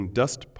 dust